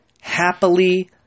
Happily